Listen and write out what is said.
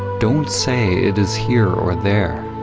don't say it is here or there.